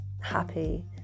happy